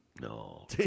No